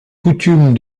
coutumes